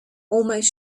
almost